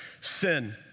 sin